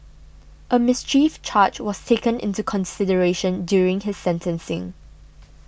a mischief charge was taken into consideration during his sentencing